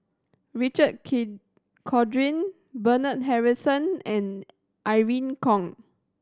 Richard Corridon Bernard Harrison and Irene Khong